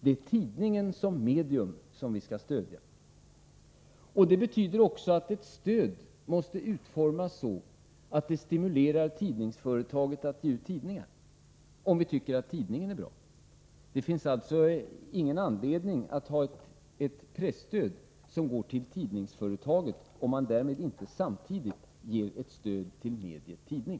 Det är tidningen som medium som vi skall stödja. Det betyder också att ett stöd måste utformas så att det stimulerar tidningsföretaget att ge ut tidningar — om vi tycker att mediet tidning är bra. Det finns alltså ingen anledning att ha ett presstöd som går till tidningsföretaget, om man därmed inte samtidigt ger ett stöd till mediet tidning.